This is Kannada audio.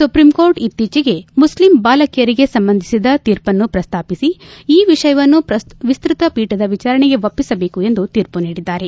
ಸುಪ್ರೀಂಕೋರ್ಟ್ ಇತ್ತೀಚೆಗೆ ಮುಸ್ಲಿಂ ಬಾಲಕಿಯರಿಗೆ ಸಂಬಂಧಿಸಿದ ತೀರ್ಪನ್ನು ಪ್ರಸ್ತಾಪಿಸಿ ಈ ವಿಷಯವನ್ನು ವಿಸ್ತತ ಪೀರದ ವಿಚಾರಣೆಗೆ ಒಪ್ಪಿಸಬೇಕು ಎಂದು ತೀರ್ಮ ನೀಡಿದ್ದಾರೆ